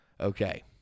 Okay